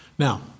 Now